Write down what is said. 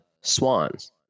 Swans